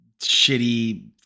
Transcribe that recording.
shitty